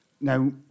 now